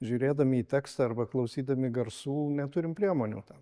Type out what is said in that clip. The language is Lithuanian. žiūrėdami į tekstą arba klausydami garsų neturim priemonių tam